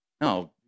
No